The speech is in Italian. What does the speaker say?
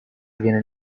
viene